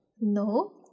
No